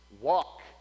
walk